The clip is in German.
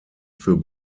für